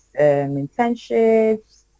internships